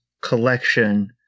collection